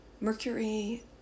Mercury